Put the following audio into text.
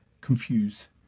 confuse